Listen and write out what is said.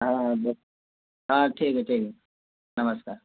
हाँ बस हाँ ठीक है ठीक है नमस्कार